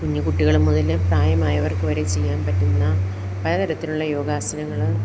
കുഞ്ഞി കുട്ടികൾ മുതൽ പ്രായമായവർക്ക് വരെ ചെയ്യാൻ പറ്റുന്ന പല തരത്തിലുള്ള യോഗാസനങ്ങൾ